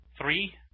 Three